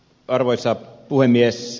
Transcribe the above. arvoisa puhemies